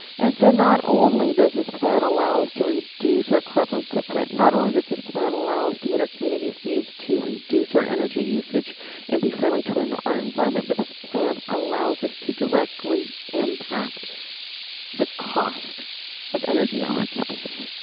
and so not only does this plan allow us to reduce our carbon footprint, not only does this plan allow us to meet our community's needs to reduce our energy usage and be friendly to and to our environment, but this plan allows us to directly impact the cost of energy on our campuses.